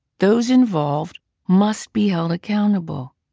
those involved must be held accountable.